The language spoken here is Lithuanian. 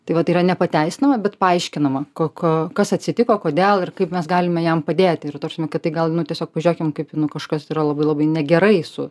tai vat tai yra nepateisinama bet paaiškinama ko ko kas atsitiko kodėl ir kaip mes galime jam padėti ir ta prasme kad tai gal nu tiesiog pažiūrėkim kaip nu kažkas yra labai labai negerai su